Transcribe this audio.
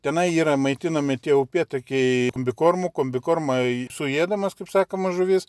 tenai yra maitinami tie upėtakiai kombikormu kombikormais suėdamas kaip sakoma žuvis